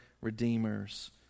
redeemers